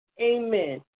amen